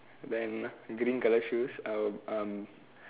then green colour shoes I will um